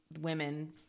women